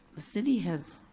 the city has,